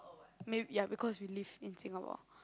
may ya because we live in Singapore